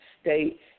state